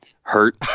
hurt